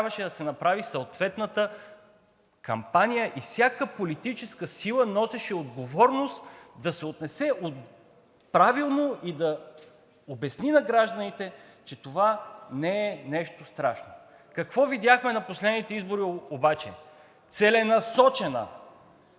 трябваше да се направи съответната кампания. Всяка политическа сила носеше отговорност да се отнесе правилно и да обясни на гражданите, че това не е нещо страшно. Какво видяхме на последните избори обаче? Целенасочена,